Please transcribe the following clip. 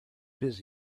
busy